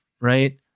right